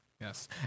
Yes